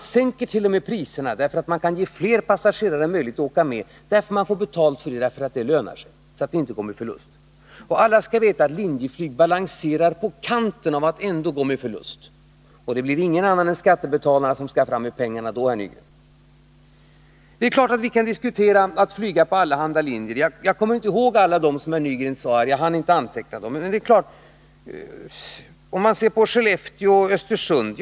Man sänker t.ex. priserna därför att man kan ge fler passagerare möjlighet att åka med — och därför att man får betalt för det, därför att det lönar sig och verksamheten inte går med förlust. Alla skall veta att Linjeflyg balanserar så att säga på kanten av att ändå gå med förlust. Och det blir inga andra än skattebetalarna som skall fram med pengarna då, herr Nygren. Det är klart att vi kan diskutera flyg på allehanda linjer. Jag kommer inte ihåg alla dem som herr Nygren nämnde — jag hann inte anteckna dem. Men vi kan se på Skellefteå och Östersund.